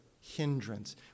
hindrance